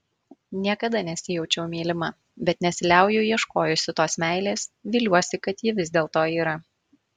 niekada nesijaučiau mylima bet nesiliauju ieškojusi tos meilės viliuosi kad ji vis dėlto yra